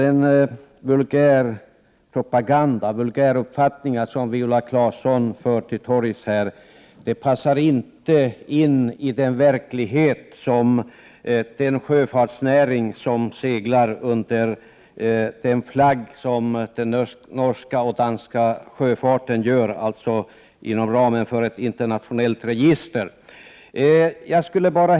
Den vulgärpropaganda som Viola Claesson för till torgs här stämmer inte med de erfarenheter som gjorts av den sjöfartsnäring som seglar under den flagg som norska och danska fartyg för, alltså inom ramen för ett internationellt register.